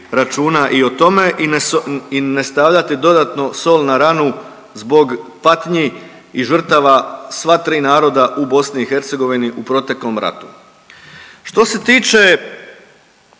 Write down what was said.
i o tome i ne stavljati dodatno sol na ranu zbog patnji i žrtava sva 3 naroda u BiH u proteklom ratu. Što se tiče